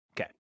okay